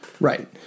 Right